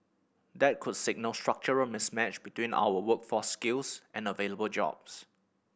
that could signal structural mismatch between our workforce skills and available jobs